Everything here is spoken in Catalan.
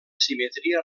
simetria